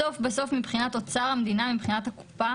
בסוף מבחינת אוצר המדינה ומבחינת הקופה